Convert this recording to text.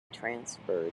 transferred